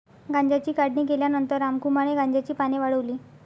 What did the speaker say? गांजाची काढणी केल्यानंतर रामकुमारने गांजाची पाने वाळवली